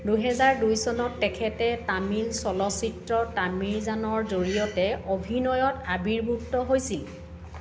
দুহেজাৰ দুই চনত তেখেতে তামিল চলচ্চিত্ৰ তামিৰজানৰ জৰিয়তে অভিনয়ত আবিৰ্ভূত হৈছিল